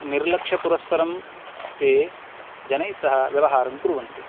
निर्लक्षपुरःसरं ते जनैस्सह व्यवहारं कुर्वन्ति